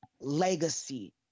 legacy